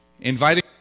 Inviting